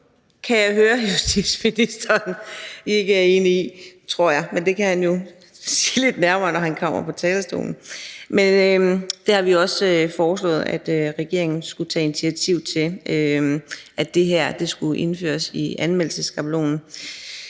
kan jeg høre at justitsministeren ikke er enig i, tror jeg, men det kan han jo forklare lidt nærmere, når han kommer på talerstolen. Men det har vi også foreslået at regeringen skulle tage initiativ til, nemlig at det her skulle indføres i anmeldelsesskabelonen.